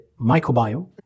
microbiome